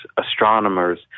astronomers